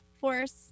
force